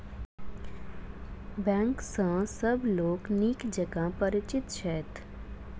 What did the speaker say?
bank सॅ सभ लोक नीक जकाँ परिचित छथि